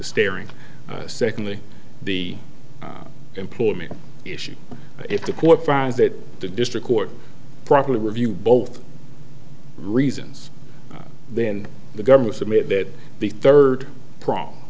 staring secondly the employment issue if the court finds that the district court properly review both reasons then the government submit that the third prong